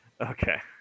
Okay